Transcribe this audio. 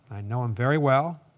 i know him very well.